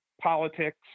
politics